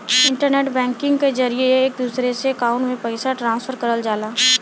internet banking के जरिये एक से दूसरे अकांउट में पइसा ट्रांसफर करल जाला